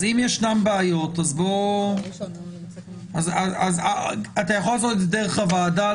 אז אם ישנן בעיות אפשר להפנות דרך הוועדה.